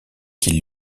qu’il